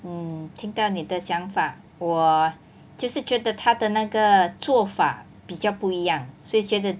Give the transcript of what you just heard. mm 听到你的想法我就是觉得他的那个做法比较不一样所以觉得